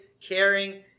caring